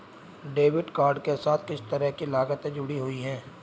Debit card के साथ किस तरह की लागतें जुड़ी हुई हैं?